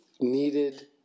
needed